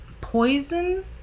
poison